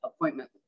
appointment